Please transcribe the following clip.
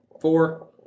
Four